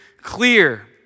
clear